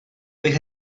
bych